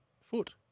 foot